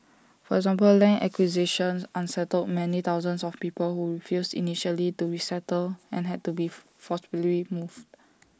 for example land acquisition unsettled many thousands of people who refused initially to resettle and had to be forcibly moved